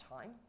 time